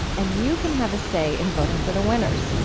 and you can have a say in voting for the winners.